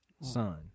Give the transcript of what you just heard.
son